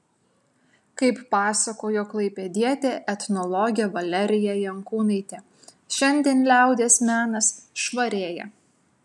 kaip pasakojo klaipėdietė etnologė valerija jankūnaitė šiandien liaudies menas švarėja